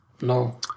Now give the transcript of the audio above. No